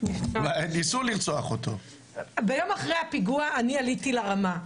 זו בעיה להנהיג מדיניות שהיא מפלה.